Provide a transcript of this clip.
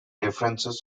differences